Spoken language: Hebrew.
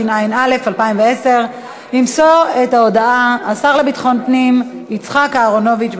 התשע"א 2010. ימסור את ההודעה השר לביטחון פנים יצחק אהרונוביץ.